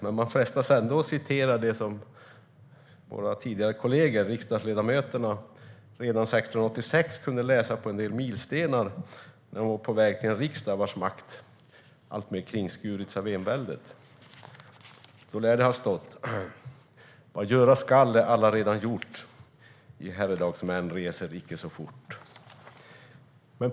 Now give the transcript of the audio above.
Men man frestas ändå att citera det som tidigare kollegor, riksdagsledamöter, redan 1686 kunde läsa på en del milstenar när de var på väg till en riksdag vars makt alltmer hade kringskurits av enväldet. Det lär ha stått: "Vad göras skall är allaredan gjort. I herredagsmän, reser icke så fort!"